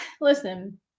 listen